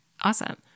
Awesome